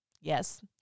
Yes